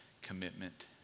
commitment